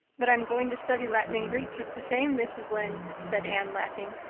but i'm going to study latin and greek just the same, mrs. lynde, said anne laughing.